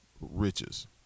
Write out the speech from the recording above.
riches